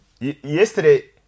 Yesterday